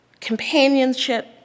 companionship